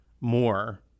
more